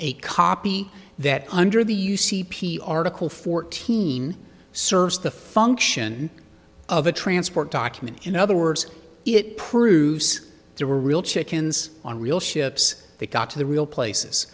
a copy that under the article fourteen serves the function of a transport document in other words it proves there were real chickens on real ships they got to the real places